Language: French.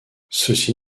ceci